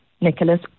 Nicholas